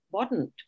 important